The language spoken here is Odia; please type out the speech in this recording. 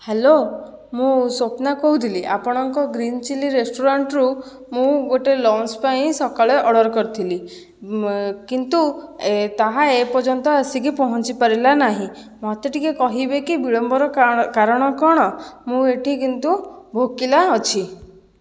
ହ୍ୟାଲୋ ମୁଁ ସ୍ୱପ୍ନା କହୁଥିଲି ଆପଣଙ୍କ ଗ୍ରୀନ ଚିଲ୍ଲୀ ରେଷ୍ଟୁରାଣ୍ଟରୁ ମୁଁ ଗୋଟିଏ ଲଞ୍ଚ ପାଇଁ ସକାଳେ ଅର୍ଡ଼ର କରିଥିଲି କିନ୍ତୁ ତାହା ଏପର୍ଯ୍ୟନ୍ତ ଆସିକି ପହଞ୍ଚିପାରିଲା ନାହିଁ ମୋତେ ଟିକେ କହିବେକି ବିଳମ୍ବର କାରଣ କଣ ମୁଁ ଏଠି କିନ୍ତୁ ଭୋକିଲା ଅଛି